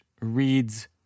reads